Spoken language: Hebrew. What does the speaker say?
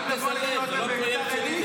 אבל אתה יכול לזכות בכל דירה בכל מקום שהוא